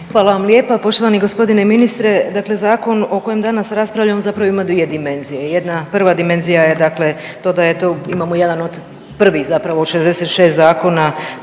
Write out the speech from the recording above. Hvala vam lijepa. Poštovani gospodine ministre, dakle zakon o kojem danas raspravljamo zapravo ima dvije dimenzije. Jedna, prva dimenzija je dakle to da to imamo jedan od prvih, zapravo od 66 zakona